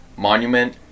monument